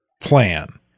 plan